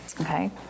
okay